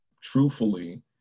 truthfully